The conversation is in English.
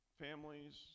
families